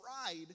pride